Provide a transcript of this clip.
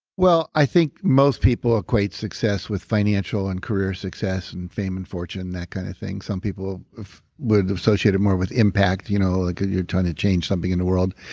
well, i think most people equate success with financial and career success, and fame and fortune and that kind of thing. some people would associate it more with impact, you know like you're trying to change something in the world.